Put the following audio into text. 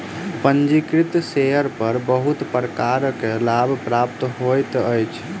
पंजीकृत शेयर पर बहुत प्रकारक लाभ प्राप्त होइत अछि